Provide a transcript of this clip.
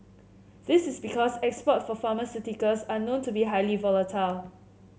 this is because export for pharmaceuticals are known to be highly volatile